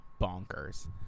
bonkers